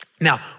Now